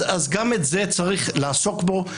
אז גם את זה צריך לעסוק בו,